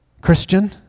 Christian